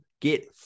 get